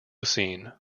scene